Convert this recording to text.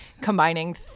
combining